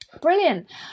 brilliant